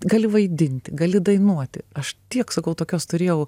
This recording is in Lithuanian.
gali vaidinti gali dainuoti aš tiek sakau tokios turėjau